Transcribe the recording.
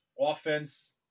offense